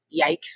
Yikes